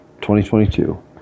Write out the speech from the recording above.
2022